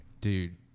dude